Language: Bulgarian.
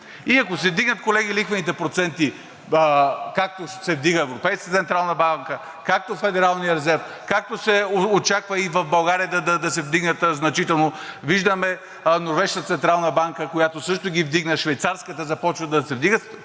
И ако се вдигнат, колеги, лихвените проценти, както се вдигат от Европейската централна банка, както Федералния резерв, както се очаква и в България да се вдигнат значително, виждаме Норвежката централна банка, която също ги вдигна, Швейцарската започва да ги вдига,